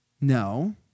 No